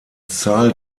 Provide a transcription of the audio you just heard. zahl